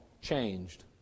changed